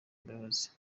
imbabazi